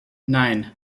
nine